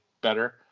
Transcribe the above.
better